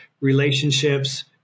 relationships